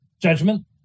Judgment